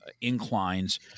inclines